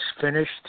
finished